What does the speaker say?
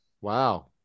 Wow